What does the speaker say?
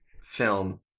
film